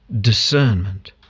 discernment